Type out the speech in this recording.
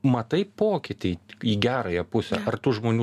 matai pokytį į gerąją pusę ar tų žmonių